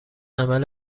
عمل